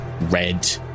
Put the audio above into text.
red